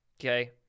Okay